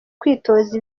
kwitoza